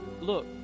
Look